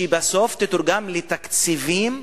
שבסוף תתורגם לתקציבים,